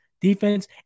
defense